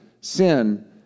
sin